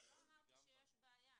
לא אמרתי שיש בעיה.